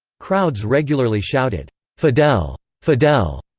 crowds regularly shouted fidel! fidel!